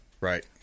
Right